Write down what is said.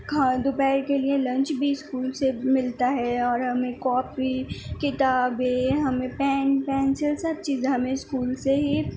کھا دوپہر کے لئے لنچ بھی اسکول سے ملتا ہے اور ہمیں کاپی کتابیں ہمیں پین پینسل سب چیزیں ہمیں اسکول سے ہی